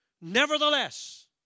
Nevertheless